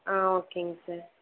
ஓகேங்க சார்